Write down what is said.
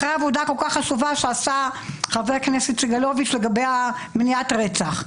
אחרי עבודה כל כך חשובה שעשה חבר הכנסת סגלוביץ' לגבי מניעת רצח.